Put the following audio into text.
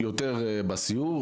יותר בסיור,